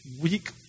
weak